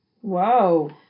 Whoa